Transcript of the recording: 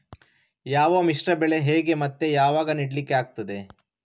ಯಾವ ಮಿಶ್ರ ಬೆಳೆ ಹೇಗೆ ಮತ್ತೆ ಯಾವಾಗ ನೆಡ್ಲಿಕ್ಕೆ ಆಗ್ತದೆ?